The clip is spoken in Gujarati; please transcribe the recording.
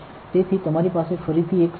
તેથી તમારી પાસે ફરીથી એક સબસ્ટ્રેટ છે